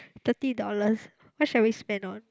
thirty dollars what shall we spend on